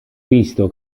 visto